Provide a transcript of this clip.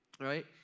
right